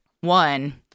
one